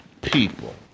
people